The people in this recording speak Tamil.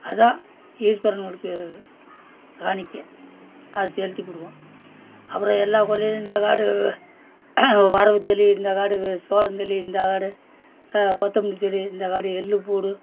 அதான் ஈஸ்வரன் அவருக்கு காணிக்கை அதை செலுத்திப்புடுவோம் அப்புறம் எல்லா கொல்லலேயும் இந்த காடு வரவுத்தெளி இந்தக்காடுக்கு சோளந்தெளி இந்தக்காடு கொத்தமல்லி செடி இந்தக்காடு எள்ளுப்பூடு